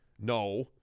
No